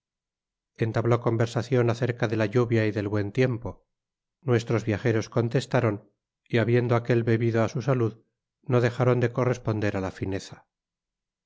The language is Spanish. entabló conversacion acerca de la lluvia y del buen tiempo nuestros viajeros contestaron y habiendo aquel bebido á su salud no dejaron de corresponder á la fineza